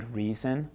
reason